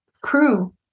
crew